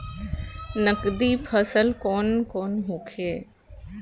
नकदी फसल कौन कौनहोखे?